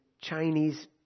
Chinese